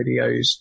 videos